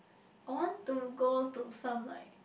I want to go to some like